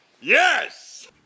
Yes